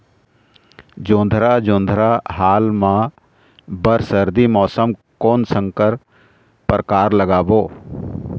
जोंधरा जोन्धरा हाल मा बर सर्दी मौसम कोन संकर परकार लगाबो?